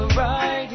right